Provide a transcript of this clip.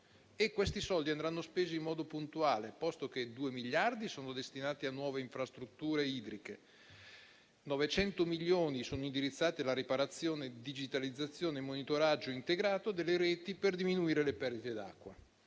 Questi soldi andranno spesi in modo puntuale, posto che due miliardi di euro sono destinati a nuove infrastrutture idriche; 900 milioni di euro sono indirizzati alla riparazione, digitalizzazione e monitoraggio integrato delle reti, per diminuire le perdite d'acqua.